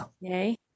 Yay